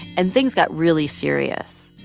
and things got really serious.